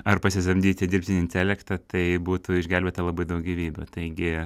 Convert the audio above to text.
ar pasisamdyti dirbtinį intelektą tai būtų išgelbėta labai daug gyvybių taigi